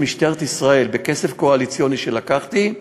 משטרת ישראל בכסף קואליציוני שלקחתי,